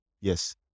Yes